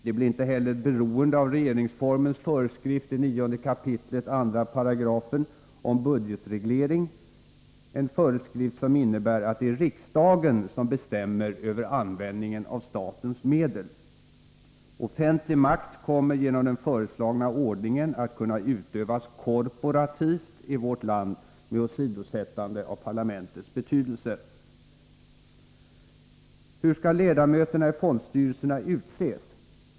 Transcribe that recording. De blir inte heller beroende av regeringsformens föreskrift i 9 kap. 2 § om budgetreglering, en föreskrift som innebär att det är riksdagen som bestämmer över användningen av statens medel. Offentlig makt kommer genom den föreslagna ordningen att kunna utövas korporativt i vårt land med åsidosättande av parlamentets betydelse. Hur skall ledamöterna i fondstyrelserna utses?